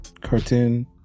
cartoon